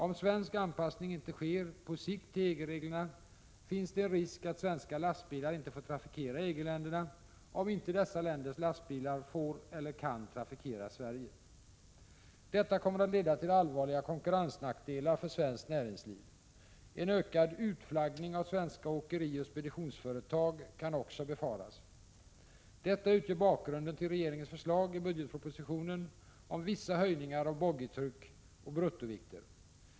Om svensk anpassning inte sker på sikt till EG-reglerna, finns det en risk att svenska lastbilar inte får trafikera EG-länderna, om inte dessa länders lastbilar får eller kan trafikera Sverige. Detta kommer att leda till allvarliga konkurrensnackdelar för svenskt näringsliv. En ökad ”utflaggning” av svenska åkerioch speditionsföretag kan också befaras. Detta utgör bakgrunden till regeringens förslag i budgetpropositionen om vissa höjningar av boggitryck och bruttovikter.